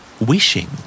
Wishing